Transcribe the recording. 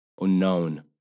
unknown